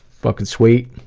fuckin' sweet.